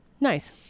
Nice